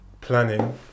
planning